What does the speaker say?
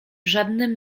żadnym